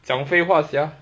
讲废话 sia